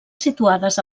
situades